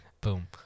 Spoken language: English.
Boom